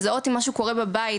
לזהות אם משהו קורה בבית,